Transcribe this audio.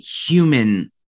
human